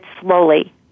slowly